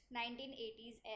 1980s